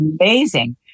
amazing